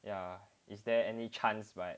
ya is there any chance but